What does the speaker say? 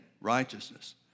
righteousness